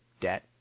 debt